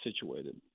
situated